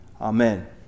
Amen